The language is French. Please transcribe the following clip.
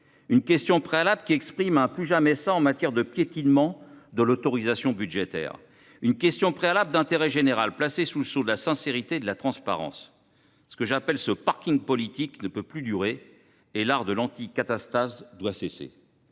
une question préalable qui vise à exprimer un « plus jamais ça » en matière de piétinement de l’autorisation budgétaire. C’est une question préalable d’intérêt général, placée sous le sceau de la sincérité et de la transparence. Ce parking politique ne peut plus durer. L’art de l’anticatastase doit cesser